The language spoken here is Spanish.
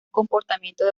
comportamientos